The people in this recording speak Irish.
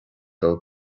dul